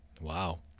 wow